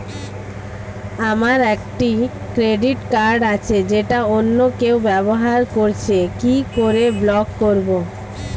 আমার একটি credit card আছে যেটা অন্য কেউ ব্যবহার করছে কি করে ব্লক করবো?